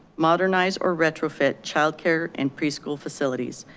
modernize or retrofit childcare and preschool facilities.